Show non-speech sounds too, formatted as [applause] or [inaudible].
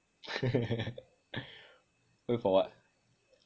[laughs] wait for what